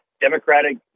Democratic